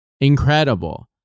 Incredible